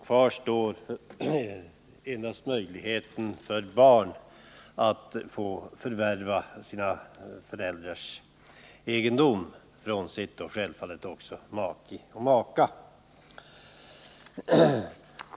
Kvar står nu endast möjligheten för barn att förvärva sina föräldrars egendom, liksom självfallet också möjligheten till förvärv efter make eller maka.